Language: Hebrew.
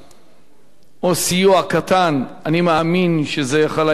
או סיוע קטן, אני מאמין שזה יכול היה להחזיק אותם.